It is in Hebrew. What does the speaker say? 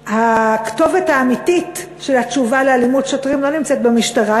הכתובת האמיתית של התשובה לאלימות שוטרים לא נמצאת במשטרה,